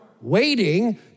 waiting